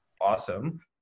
awesome